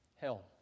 Hell